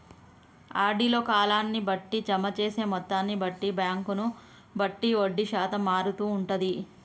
RD లో కాలాన్ని బట్టి, జమ చేసే మొత్తాన్ని బట్టి, బ్యాంకును బట్టి వడ్డీ శాతం మారుతూ ఉంటది